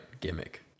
Gimmick